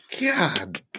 God